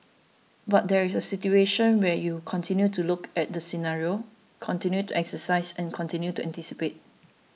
but there is a situation where you continue to look at the scenarios continue to exercise and continue to anticipate